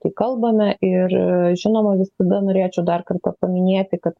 kai kalbame ir žinoma visada norėčiau dar kartą paminėti kad